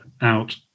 out